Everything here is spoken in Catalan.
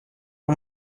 era